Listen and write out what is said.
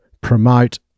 promote